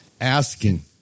asking